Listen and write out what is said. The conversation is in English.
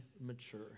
mature